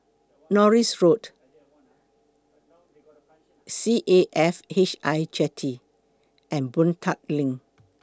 Norris Road C A F H I Jetty and Boon Tat LINK